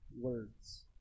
words